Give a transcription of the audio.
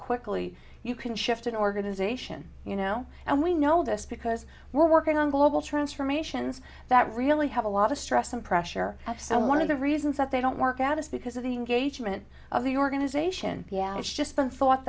quickly you shifted organization you know and we know this because we're working on global transformations that really have a lot of stress and pressure up so one of the reasons that they don't work out is because of the engagement of the organization yeah it's just the thought